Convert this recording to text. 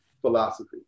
philosophy